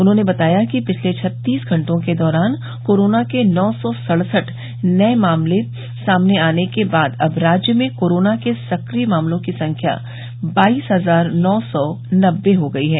उन्होंने बताया कि पिछले छत्तीस घंटों के दौरान कोरोना के नौ सौ सड़सठ नये मामले सामने आने के बाद अब राज्य में कोरोना के सक्रिय मामलों की संख्या बाईस हजार नौ सौ नब्बे हो गई है